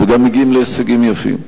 וגם מגיעים להישגים יפים.